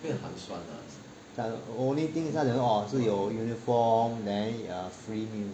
only thing 她讲说是有 uniform then free meal